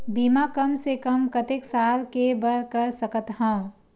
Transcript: बीमा कम से कम कतेक साल के बर कर सकत हव?